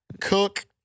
Cook